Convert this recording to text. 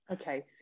Okay